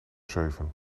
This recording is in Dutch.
zeven